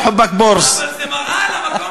"חבכ ברצ".